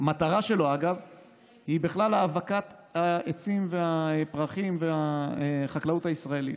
המטרה שלו היא בכלל האבקת העצים והפרחים והחקלאות ישראלית.